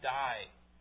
die